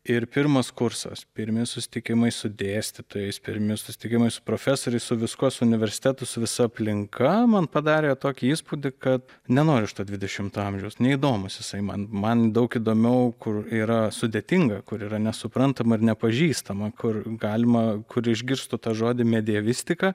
ir pirmas kursas pirmi susitikimai su dėstytojais pirmi susitikimai profesoriais su viskuo su universitetu su visa aplinka man padarė tokį įspūdį kad nenoriu aš dvidešimto amžiaus neįdomus jisai man man daug įdomiau kur yra sudėtinga kur yra nesuprantama ir nepažįstama kur galima kur išgirstu tą žodį medievistika